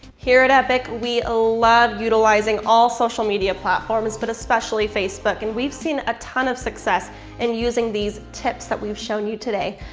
here at epic, we ah love utilizing all social media platforms but especially facebook, and we've seen a ton of success in using these tips that we've shown you today.